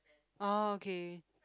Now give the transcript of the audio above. oh okay